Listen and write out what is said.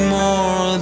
more